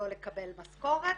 לא לקבל משכורת,